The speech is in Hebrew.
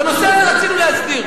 את הנושא הזה רצינו להסדיר.